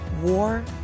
war